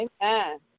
Amen